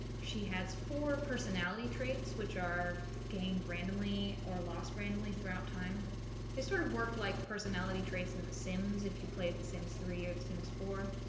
she has four personality traits, which are gained randomly or lost randomly throughout time this sort of works like personality traits in the sims, if you play the sims three or sims four.